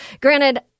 Granted